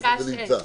בפסקה (6).